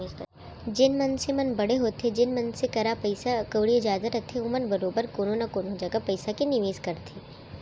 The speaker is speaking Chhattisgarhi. जेन मनसे मन बड़े होथे जेन मनसे करा पइसा कउड़ी जादा रथे ओमन बरोबर कोनो न कोनो जघा पइसा के निवेस करथे